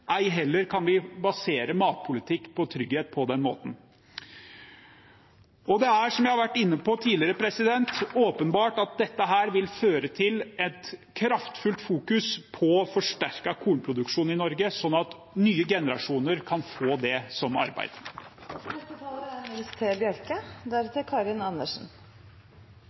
ei heller kan vi basere matpolitisk trygghet på den måten. Som jeg har vært inne på tidligere, vil dette åpenbart føre til et kraftfullt fokus på forsterket kornproduksjon i Norge, sånn at nye generasjoner kan få det som arbeid. Dette er